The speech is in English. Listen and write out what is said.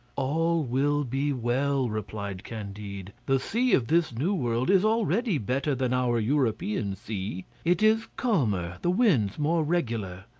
all will be well, replied candide the sea of this new world is already better than our european sea it is calmer, the winds more regular.